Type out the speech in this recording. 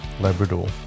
Labrador